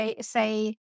say